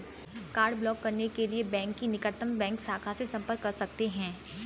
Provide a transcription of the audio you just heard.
card block करने के लिए बैंक की निकटतम बैंक शाखा से संपर्क कर सकते है